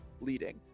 leading